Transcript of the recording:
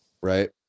right